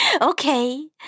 Okay